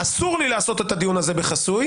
אסור לי לעשות את הדיון הזה בחסוי.